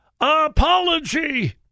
apology